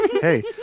Hey